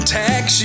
tax